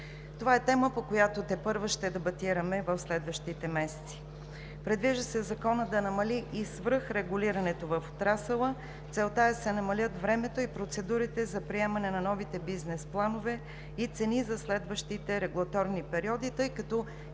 Това е тема, по която тепърва ще дебатираме в следващите месеци. Предвижда се законът да намали и свръхрегулирането в отрасъла. Целта е да се намалят времето и процедурите за приемане на новите бизнес планове и цени за следващите регулаторни периоди, тъй като